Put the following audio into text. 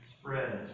spreads